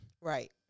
Right